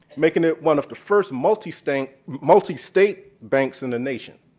making it one of the first multi-state multi-state banks in the nation.